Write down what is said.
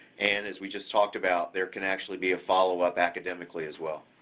and as we just talked about, there can actually be a follow-up academically as well.